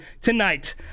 tonight